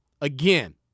again